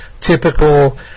typical